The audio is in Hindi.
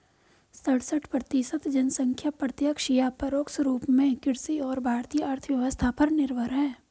सड़सठ प्रतिसत जनसंख्या प्रत्यक्ष या परोक्ष रूप में कृषि और भारतीय अर्थव्यवस्था पर निर्भर है